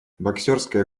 боксёрская